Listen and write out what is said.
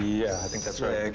yeah i think that's right.